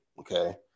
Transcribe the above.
okay